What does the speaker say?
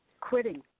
quitting